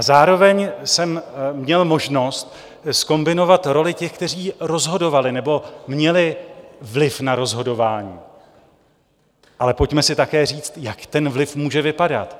Zároveň jsem měl možnost zkombinovat roli těch, kteří rozhodovali nebo měli vliv na rozhodování, ale pojďme si také říct, jak ten vliv může vypadat.